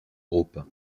groupe